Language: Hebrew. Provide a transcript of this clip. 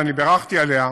ואני בירכתי עליה,